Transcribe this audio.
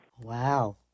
Wow